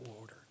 order